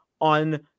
on